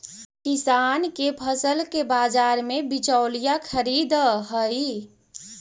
किसान के फसल के बाजार में बिचौलिया खरीदऽ हइ